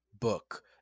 book